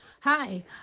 Hi